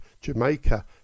Jamaica